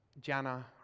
Jana